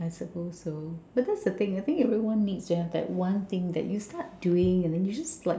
I suppose so but that's the thing I think everyone needs that one thing that you start doing you just